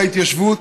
להתיישבות,